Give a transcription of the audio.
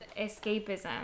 escapism